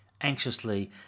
anxiously